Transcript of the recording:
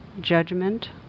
judgment